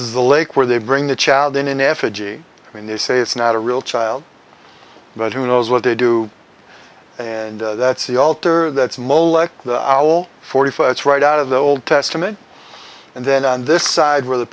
is the lake where they bring the child in an effigy i mean they say it's not a real child but who knows what they do and that's the altar that's molech forty five it's right out of the old testament and then on this side where the